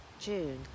June